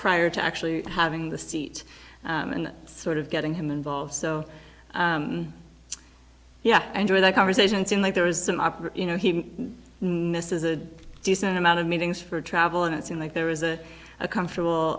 prior to actually having the seat and sort of getting him involved so yeah i'm sure that conversation seemed like there was some up or you know he misses a decent amount of meetings for travel and it seemed like there was a a comfortable